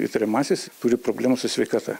įtariamasis turi problemų su sveikata